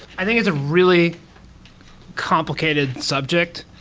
i think it's a really complicated subject.